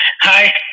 Hi